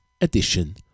edition